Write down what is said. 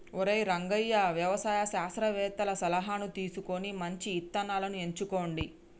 ఒరై రంగయ్య వ్యవసాయ శాస్త్రవేతల సలహాను తీసుకొని మంచి ఇత్తనాలను ఎంచుకోండి